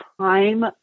time